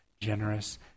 generous